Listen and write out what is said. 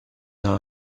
our